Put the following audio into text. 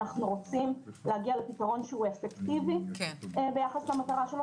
אנחנו רוצים להגיע לפתרון שהוא אפקטיבי ביחס למטרה שלו,